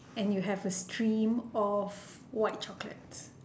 and you have a stream of white chocolates